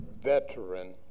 veteran